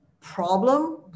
problem